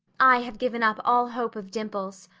i have given up all hope of dimples.